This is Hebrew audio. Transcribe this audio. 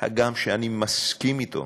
הגם שאני מסכים אתו